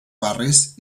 barris